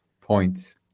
Points